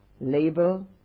label